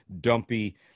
dumpy